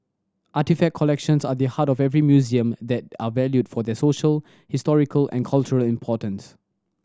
artefact collections are the heart of every museum that are valued for their social historical and cultural importance